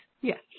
Yes